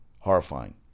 Horrifying